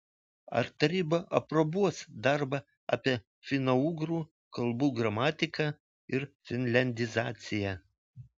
ar taryba aprobuos darbą apie finougrų kalbų gramatiką ir finliandizaciją